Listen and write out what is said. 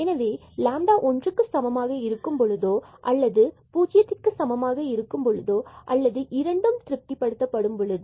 எனவே 1 சமமாக இருக்கும் பொழுதோ அல்லது ஜுரோவிற்கு சமமாக இருக்கும் பொழுதோ அல்லது இரண்டும் திருப்திபடுத்தப்படுகிறது